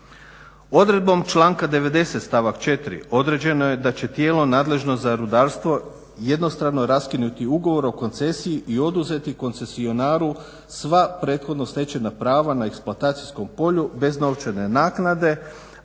Odredbom članka 90.stavak 4.određeno je da će tijelo nadležno za rudarstvo jednostavno raskinuti ugovor o koncesiji i oduzeti koncesionaru sva prethodno stečena prava na eksploatacijskom polju bez novčane naknade,